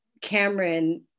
Cameron